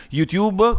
YouTube